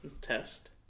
Test